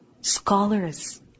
Scholars